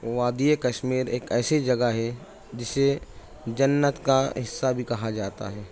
وادی کشمیر ایک ایسی جگہ ہے جسے جنت کا حصہ بھی کہا جاتا ہے